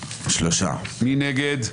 מי נגד?